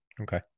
Okay